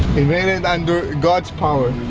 in vain and under god's power